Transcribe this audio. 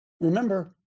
remember